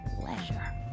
pleasure